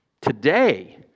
Today